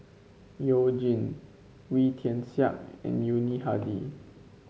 You Jin Wee Tian Siak and Yuni Hadi